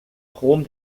rom